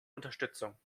unterstützung